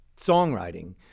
songwriting